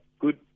Good